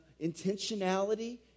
intentionality